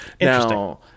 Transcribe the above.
Now